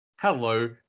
hello